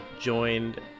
joined